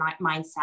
mindset